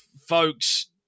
Folks